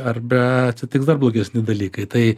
arba atsitiks dar blogesni dalykai tai